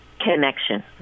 connection